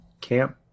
camp